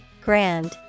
Grand